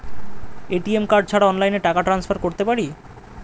ATM card ছাড়া অনলাইনে টাকা টান্সফার করতে পারি?